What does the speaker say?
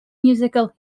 musical